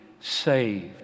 saved